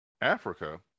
Africa